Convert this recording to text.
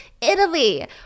Italy